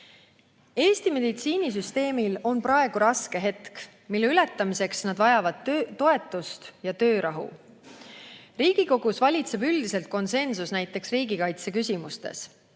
Eesti meditsiinisüsteemil on praegu raske aeg, mille ületamiseks nad vajavad toetust ja töörahu. Riigikogus valitseb üldiselt konsensus näiteks riigikaitseküsimustes.